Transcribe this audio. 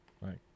Right